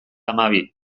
hamabi